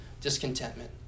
discontentment